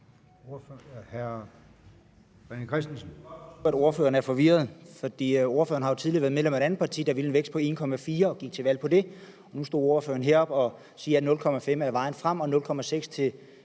Hr. René Christensen.